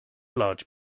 large